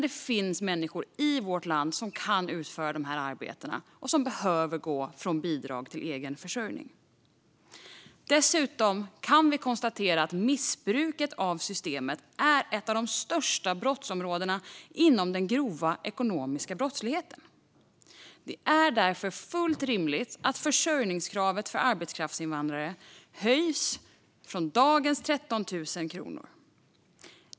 Det finns människor i vårt land som kan utföra dessa arbeten och som behöver gå från bidrag till egen försörjning. Dessutom kan vi konstatera att missbruket av systemet är ett av de största brottsområdena inom den grova ekonomiska brottsligheten. Det är därför fullt rimligt att försörjningskravet för arbetskraftsinvandrare höjs från dagens 13 000 kronor.